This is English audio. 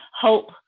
hope